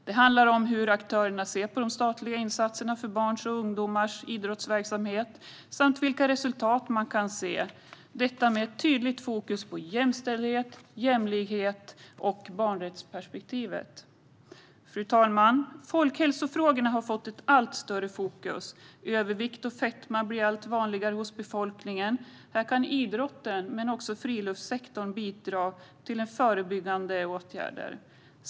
Det handlar om hur aktörerna ser på de statliga insatserna för barns och ungdomars idrottsverksamhet och om vilka resultat man kan se, detta med tydligt fokus på jämställdhet, jämlikhet och barnrättsperspektivet. Fru talman! Folkhälsofrågorna har kommit alltmer i fokus. Övervikt och fetma blir allt vanligare hos befolkningen. Här kan idrotten och även friluftssektorn bidra till förebyggande åtgärder.